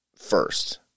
first